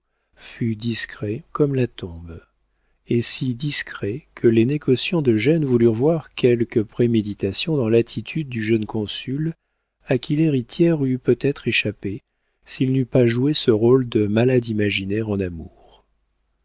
fut discret comme la tombe et si discret que les négociants de gênes voulurent voir quelque préméditation dans l'attitude du jeune consul à qui l'héritière eût peut-être échappé s'il n'eût pas joué ce rôle de malade imaginaire en amour